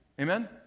Amen